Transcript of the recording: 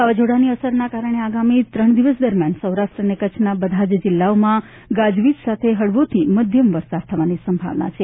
વાવાઝોડાની અસરને કારણે આગામી ત્રણ દિવસ દરમિયાન સૌરાષ્ટ્ર અને કચ્છના બધા જ જિલ્લાઓમાં ગાજવીજ સાથે હળવોથી મધ્યમ વરસાદ થવાની સંભાવના છે